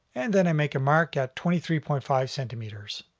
and then i make a mark at twenty three point five centimeters.